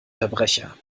verbrecher